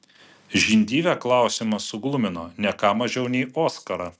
žindyvę klausimas suglumino ne ką mažiau nei oskarą